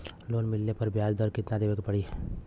Loan मिलले पर ब्याज कितनादेवे के पड़ी?